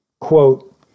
Quote